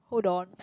hold on